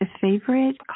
favorite